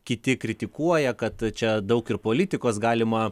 kiti kritikuoja kad čia daug ir politikos galima